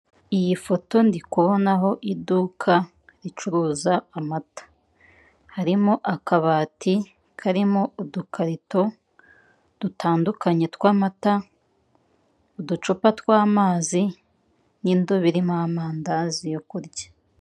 Iyi foto ndi kubonaho iduka ricuruza amata, harimo akabati karimo udukarito dutandukanye tw'amata, uducupa tw'amazi n'indobo irimo amandazi yo kurya.